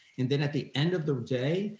and then at the end of the day,